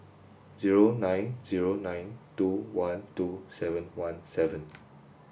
zero nine zero nine two one two seven one seven